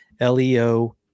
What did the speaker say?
LEO